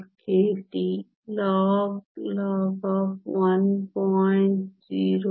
08me0